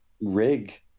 Rig